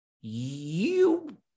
you-